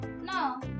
No